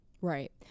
Right